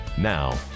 Now